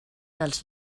dels